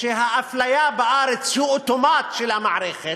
שהאפליה בארץ היא אוטומט של המערכת,